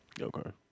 Okay